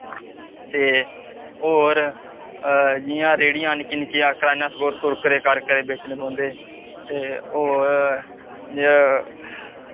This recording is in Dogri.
ते होर जि'यां रेहड़ियां निक्कियां निक्कियां करैआने स्टोर कुरकरे कारकरे बेचने पौंदे ते होर जि'यां